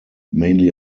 mainly